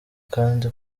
kandi